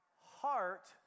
heart